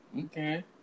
Okay